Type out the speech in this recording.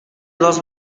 dos